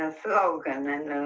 ah slogan